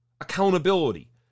accountability